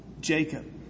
Jacob